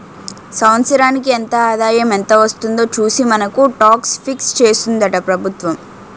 సంవత్సరానికి ఎంత ఆదాయం ఎంత వస్తుందో చూసి మనకు టాక్స్ ఫిక్స్ చేస్తుందట ప్రభుత్వం